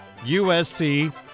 USC